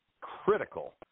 critical